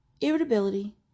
irritability